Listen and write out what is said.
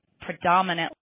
predominantly